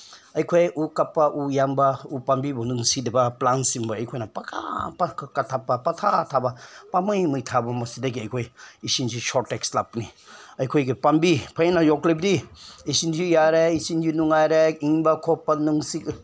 ꯑꯩꯈꯣꯏ ꯎ ꯀꯛꯄ ꯎ ꯌꯥꯟꯕ ꯎ ꯄꯥꯝꯕꯤꯕꯨ ꯅꯨꯡꯁꯤꯗꯕ ꯄ꯭ꯂꯥꯟꯁꯤꯡꯕꯨ ꯑꯩꯈꯣꯏꯅ ꯄꯀꯛꯇ ꯀꯛꯊꯠꯄ ꯄꯪꯊꯥ ꯊꯥꯕ ꯄꯪꯃꯩ ꯃꯩꯊꯥꯕ ꯃꯁꯤꯗꯒꯤ ꯑꯩꯈꯣꯏ ꯏꯁꯤꯡꯁꯤ ꯁꯣꯔꯇꯦꯖ ꯂꯥꯛꯄꯅꯤ ꯑꯩꯈꯣꯏꯒꯤ ꯄꯥꯝꯕꯤ ꯐꯖꯅ ꯌꯣꯛꯂꯕꯗꯤ ꯏꯁꯤꯡꯁꯨ ꯌꯥꯔꯦ ꯏꯁꯤꯡꯁꯨ ꯅꯨꯡꯉꯥꯏꯔꯦ ꯍꯤꯡꯕ ꯈꯣꯠꯄ ꯅꯨꯡꯁꯤꯠ